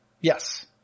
Yes